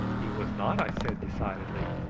he was not, i said decidedly.